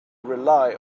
rely